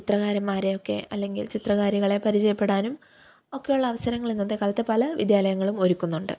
ചിത്രകാരന്മാരെയൊക്കെ അല്ലെങ്കിൽ ചിത്രകാരികളെ പരിചയപ്പെടാനും ഒക്കെയുള്ള അവസരങ്ങളിന്നത്തെ കാലത്ത് പല വിദ്യാലയങ്ങളും ഒരുക്കുന്നുണ്ട്